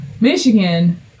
Michigan